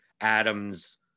Adams